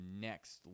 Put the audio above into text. next